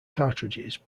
cartridges